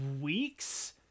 Weeks